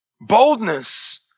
Boldness